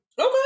Okay